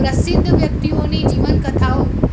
પ્રસિદ્ધ વ્યક્તિઓની જીવનકથાઓ